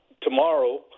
tomorrow